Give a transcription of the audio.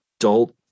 adult